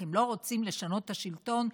אתם לא רוצים לשנות את השלטון?